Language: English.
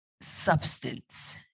substance